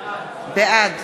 בעד